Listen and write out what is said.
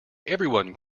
everyone